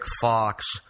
Fox